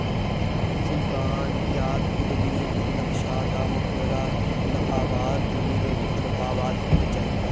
सुल्तान गियात उद्द दीन तुगलक शाह् दा मकबरा तुगलकाबाद दिल्ली दे तुगलकाबाद कि'ले च ऐ